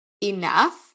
enough